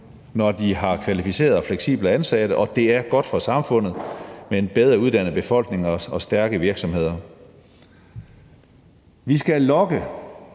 når de har kvalificerede og fleksible ansatte; og det er godt for samfundet med en bedre uddannet befolkning og stærke virksomheder. Vi skal lokke